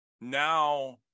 Now